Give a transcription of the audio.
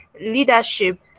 leadership